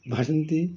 বাসন্তী